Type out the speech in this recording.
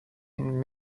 and